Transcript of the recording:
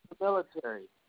military